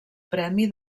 premi